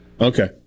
Okay